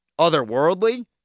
otherworldly